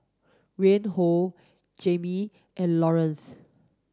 Reinhold Jammie and Lawrance